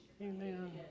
Amen